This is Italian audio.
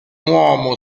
uomo